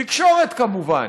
תקשורת, כמובן.